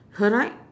her right